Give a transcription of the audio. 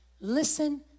listen